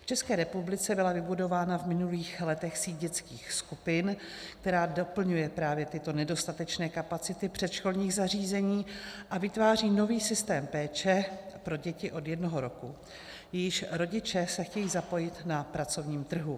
V České republice byla vybudována v minulých letech síť dětských skupin, která doplňuje právě tyto nedostatečné kapacity předškolních zařízení a vytváří nový systém péče pro děti od jednoho roku, jejichž rodiče se chtějí zapojit na pracovním trhu.